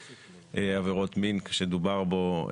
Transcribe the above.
עבירות מין במוסדות חינוך שדובר בו,